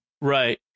Right